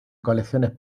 colecciones